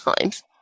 times